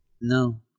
No